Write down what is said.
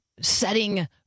setting